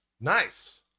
Nice